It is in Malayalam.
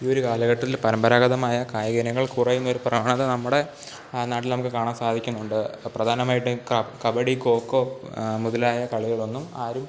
ഈയൊരു കാലഘട്ടത്തിൽ പരമ്പരാഗതമായ കായിക ഇനങ്ങൾ കുറയുന്ന ഒരു പ്രവണത നമ്മുടെ നാട്ടിൽ നമുക്ക് കാണാൻ സാധിക്കുന്നുണ്ട് പ്രധാനമായിട്ട് കബഡി കോക്കോ മുതലായ കളികളൊന്നും ആരും